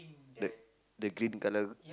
the the green colour